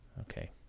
Okay